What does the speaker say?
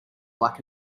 black